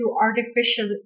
artificial